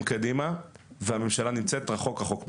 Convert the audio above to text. קדימה והממשלה נמצאת רחוק רחוק מאחורה.